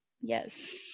yes